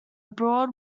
broad